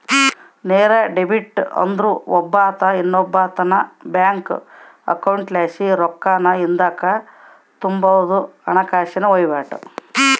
ನೇರ ಡೆಬಿಟ್ ಅಂದ್ರ ಒಬ್ಬಾತ ಇನ್ನೊಬ್ಬಾತುನ್ ಬ್ಯಾಂಕ್ ಅಕೌಂಟ್ಲಾಸಿ ರೊಕ್ಕಾನ ಹಿಂದುಕ್ ತಗಂಬೋ ಹಣಕಾಸಿನ ವಹಿವಾಟು